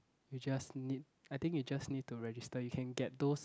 you just need I think you just need to register you can get those